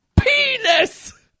penis